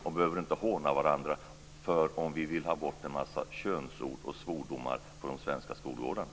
Vi behöver inte håna varandra för att vi vill ha bort en massa könsord och svordomar från de svenska skolgårdarna.